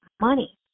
money